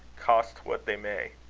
cost what they may.